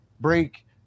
break